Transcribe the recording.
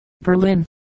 Berlin